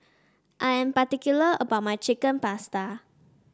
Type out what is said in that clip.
I am particular about my Chicken Pasta